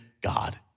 God